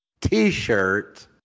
T-shirt